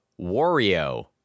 Wario